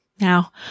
Now